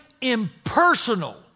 impersonal